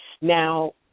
Now